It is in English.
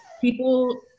People